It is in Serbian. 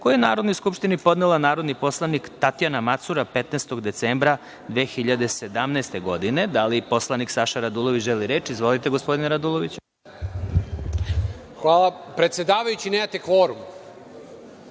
koji je Narodnoj skupštini podnela narodni poslanik Tatjana Macura 15. decembra 2017. godine. Da li poslanik Saša Radulović želi reč? (Da)Izvolite, gospodine Raduloviću. **Saša Radulović** Hvala. Predsedavajući, nemate kvorum